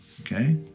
Okay